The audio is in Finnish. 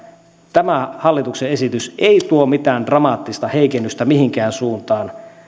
tämä hallituksen esitys ei tuo mitään dramaattista heikennystä mihinkään suuntaan